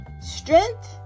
strength